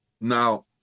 Now